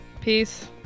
Peace